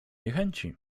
niechęci